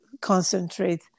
concentrate